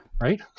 Right